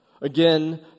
Again